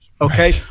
okay